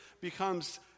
becomes